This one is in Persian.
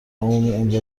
عمومی